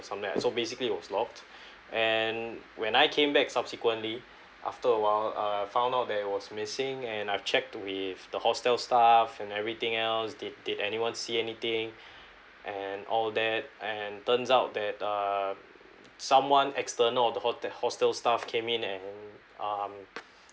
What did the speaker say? something like that so basically it was locked and when I came back subsequently after a while uh I found out that it was missing and I've checked with the hostel staff and everything else did did anyone see anything and all that and turns out that uh someone external the hotel hostel staff came in and um